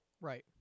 right